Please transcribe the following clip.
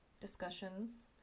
discussions